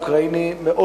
של יהודים